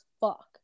fuck